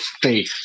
faith